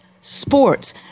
sports